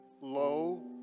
low